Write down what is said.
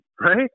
right